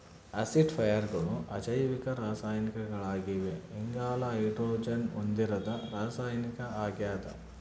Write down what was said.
ಆಸಿಡಿಫೈಯರ್ಗಳು ಅಜೈವಿಕ ರಾಸಾಯನಿಕಗಳಾಗಿವೆ ಇಂಗಾಲ ಹೈಡ್ರೋಜನ್ ಹೊಂದಿರದ ರಾಸಾಯನಿಕ ಆಗ್ಯದ